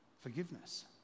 forgiveness